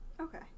Okay